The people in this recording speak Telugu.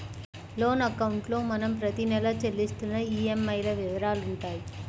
లోన్ అకౌంట్లో మనం ప్రతి నెలా చెల్లిస్తున్న ఈఎంఐల వివరాలుంటాయి